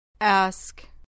Ask